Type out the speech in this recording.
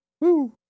Woo